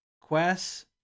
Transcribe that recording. quest